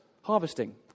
harvesting